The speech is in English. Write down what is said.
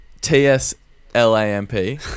T-S-L-A-M-P